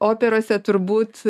operose turbūt